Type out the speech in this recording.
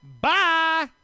Bye